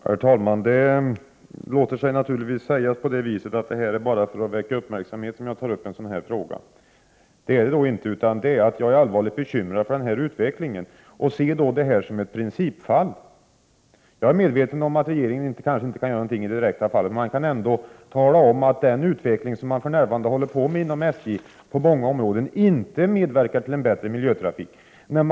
Herr talman! Det låter sig naturligtvis sägas att det bara är för att väcka uppmärksamhet som jag tar upp en sådan här fråga. Så är det inte. Jag är allvarligt bekymrad över utvecklingen och ser denna fråga som ett principfall. Jag är medveten om att regeringen kanske inte kan göra någonting i det enskilda ärendet, men den kan ändå tala om att den utveckling som SJ för närvarande främjar på många områden inte medverkar till en för miljön bättre trafik.